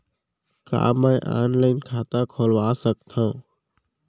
का मैं ऑनलाइन खाता खोलवा सकथव?